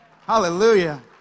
Hallelujah